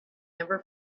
never